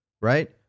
right